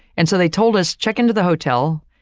and so, they told us, check into the hotel,